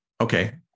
Okay